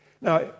Now